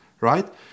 right